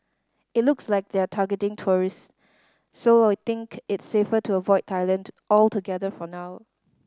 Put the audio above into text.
it looks like they're targeting tourists so we think it's safer to avoid Thailand altogether for now